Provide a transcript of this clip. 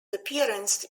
appearance